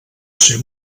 ser